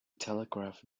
telegraph